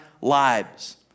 lives